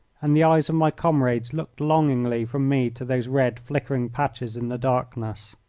and the eyes of my comrades looked longingly from me to those red flickering patches in the darkness.